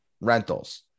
rentals